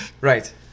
Right